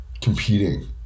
competing